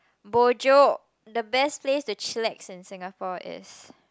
bo jio the best place to chillax in Singapore is